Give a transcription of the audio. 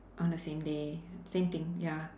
on the same day same thing ya